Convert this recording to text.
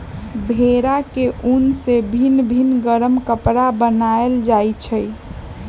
भेड़ा के उन से भिन भिन् गरम कपरा बनाएल जाइ छै